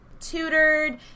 Tutored